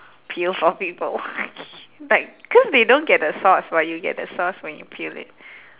peel for people like cause they don't get the sauce but you get the sauce when you peel it